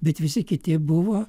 bet visi kiti buvo